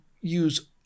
use